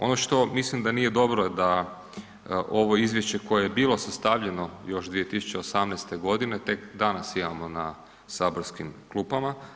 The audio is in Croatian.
Ono što mislim da nije dobro da ovo izvješće koje je bilo sastavljeno još 2018. godine tek danas imamo na saborskim klupama.